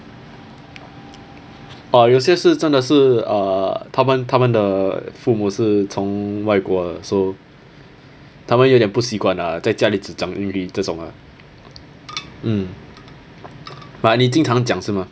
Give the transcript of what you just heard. ah 有些事真的是 uh 他们他们的父母是从外国的 so 他们有点不习惯 ah 在家里只讲这种 ah mm but 你经常讲什么